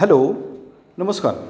hello नमस्कार